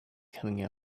coming